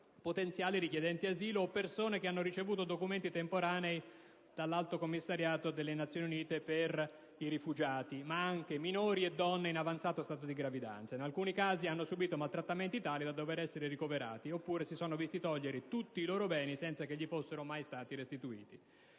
potenziali richiedenti asilo, o persone che hanno ricevuto documenti temporanei dall'Alto commissariato delle Nazioni Unite per i rifugiati, ma anche minori e donne in avanzato stato di gravidanza. In alcuni casi, hanno subìto maltrattamenti tali da dover essere ricoverati, oppure si sono visti togliere tutti i loro beni senza che gli fossero mai restituiti.